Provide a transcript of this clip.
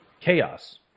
chaos